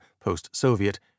post-Soviet